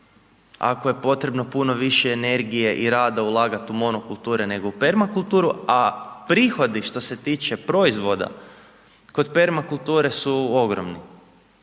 ako je potrebno puno više energije i rada ulagati u monokulture nego u permakulturu a prihodi što se tiče proizvoda kod permakulture su ogromni.